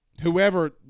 Whoever